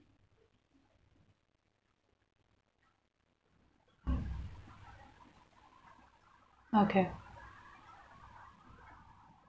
okay